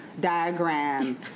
diagram